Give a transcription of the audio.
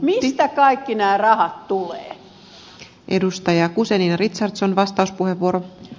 mistä kaikki nämä rahat tulevat